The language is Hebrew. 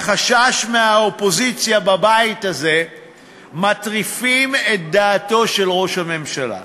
החשש מהאופוזיציה בבית הזה מטריפים את דעתו של ראש הממשלה,